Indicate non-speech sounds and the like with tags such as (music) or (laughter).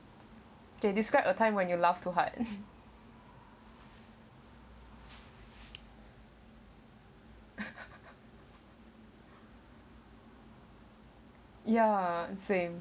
K describe a time when you laugh too hard (laughs) ya same